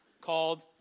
called